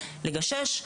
לגשש,